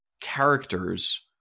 characters